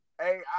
Hey